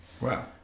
Wow